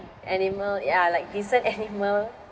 animal ya like decent animal